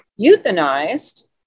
euthanized